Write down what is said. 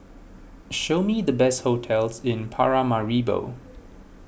show me the best hotels in Paramaribo